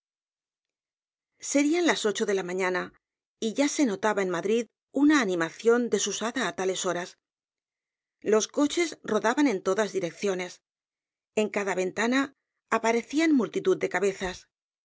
xxiv serían las ocho de la mañana y ya se notaba en madrid una animación desusada á tales horas los coches rodaban en todas direcciones en cada ventana aparecían multitud de cabezas